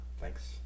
Thanks